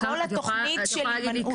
כל התוכנית של הימנעות --- את יכולה להגיד לי,